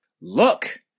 look